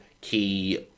key